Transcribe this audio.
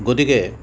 গতিকে